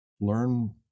learn